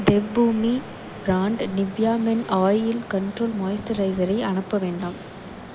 Devbhoomi brand Nivea men oil control மாய்ஸ்டரைசரை அனுப்ப வேண்டாம்